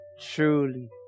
truly